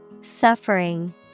Suffering